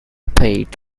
paid